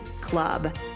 Club